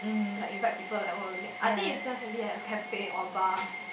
like invite people I think is just maybe at a cafe or bar